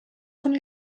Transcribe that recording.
con